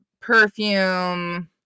Perfume